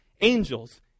angels